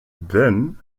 then